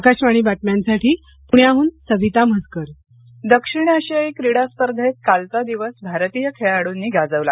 अकाशवाणी बातम्यांसाठी पूण्याहून सविता म्हसकर क्रीडा दक्षिण आशियाई क्रीडा स्पर्धेत कालचा दिवस भारतीय खेळाडूंनी गाजवला